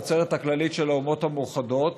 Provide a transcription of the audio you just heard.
העצרת הכללית של האומות המאוחדות,